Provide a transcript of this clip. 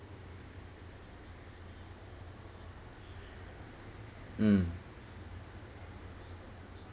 mm